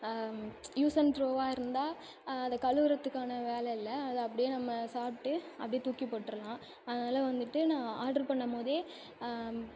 use and த்ரோவாக இருந்தால் அதை கழுவுறதுக்கான வேலை இல்லை அதை அப்படியே நம்ம சாப்பிட்டு அப்படியே தூக்கிப்போட்டுருலாம் அதனால வந்துட்டு நான் ஆட்ரு பண்ணும்போதே